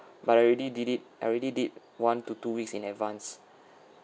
but I already did it already did one to two weeks in advance